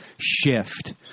shift